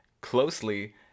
closely